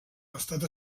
l’estat